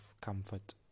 comfort